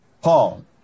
Paul